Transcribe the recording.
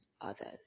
others